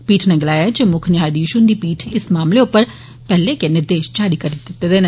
पीठ ने गलाया ऐ जे मुक्ख न्यायधीश हुंदी पीठै इस मामले उप्पर पैहले गै निर्देश जारी करी दित्ते दे न